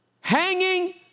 hanging